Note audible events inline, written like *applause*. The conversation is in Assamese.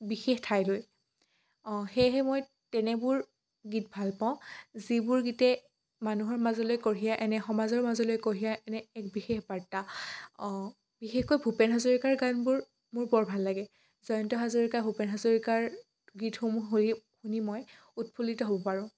বিশেষ ঠাইলৈ অঁ সেয়েহে মই তেনেবোৰ গীত ভাল পাওঁ যিবোৰ গীতে মানুহৰ মাজলৈ কঢ়িয়াই আনে সমাজৰ মাজলৈ কঢ়িয়াই আনে এক বিশেষ বাৰ্তা অঁ বিশেষকৈ ভূপেন হাজৰিকাৰ গানবোৰ মোৰ বৰ ভাল লাগে জয়ন্ত হাজৰিকা ভূপেন হাজৰিকাৰ গীতসমূহ *unintelligible* শুনি মই উৎফুল্লিত হ'ব পাৰোঁ